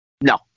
No